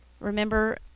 remember